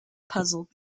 puzzled